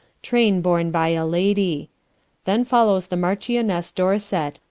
traine borne by a lady then followes the marchionesse dorset,